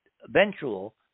eventual